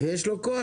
לאיש הזה יש כוח,